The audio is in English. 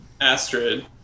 Astrid